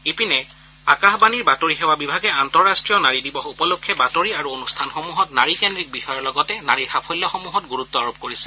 ইপিনে আকাশবাণীৰ বাতৰি সেৱা বিভাগে আন্তঃৰাষ্টীয় নাৰী দিৱস উপলক্ষে বাতৰি আৰু অনুষ্ঠানসমূহত নাৰীকেন্দ্ৰিক বিষয়ৰ লগতে নাৰীৰ সাফল্যসমূহত গুৰুত্ব আৰোপ কৰিছে